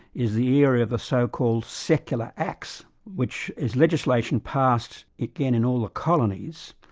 is the era of the so-called secular acts, which is legislation passed again in all the colonies,